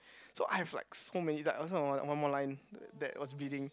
so I have like so many this one also one one more line that was bleeding